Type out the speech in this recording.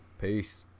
Peace